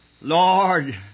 Lord